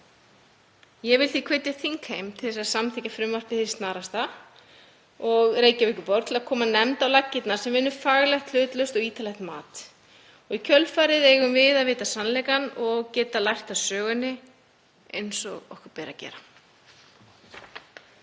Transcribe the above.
Ég vil því hvetja þingheim til að samþykkja frumvarpið hið snarasta og Reykjavíkurborg til að koma nefnd á laggirnar sem vinnur faglegt, hlutlaust og ítarlegt mat. Í kjölfarið eigum við að vita sannleikann og geta lært af sögunni eins og okkur ber að gera.